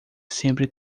sempre